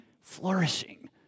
flourishing